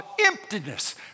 emptiness